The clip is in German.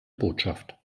botschaft